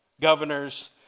governors